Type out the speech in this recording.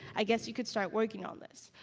i guess you could start working on this.